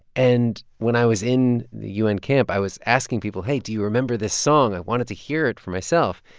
and when i was in the u n. camp, i was asking people hey, do you remember this song? i wanted to hear it for myself.